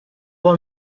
will